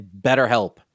BetterHelp